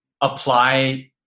apply